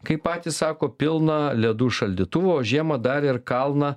kaip patys sako pilną ledų šaldytuvą o žiemą dar ir kalną